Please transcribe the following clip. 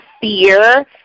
fear